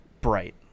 bright